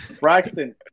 Braxton